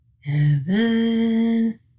Heaven